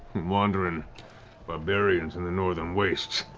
wandering barbarians in the northern wastes.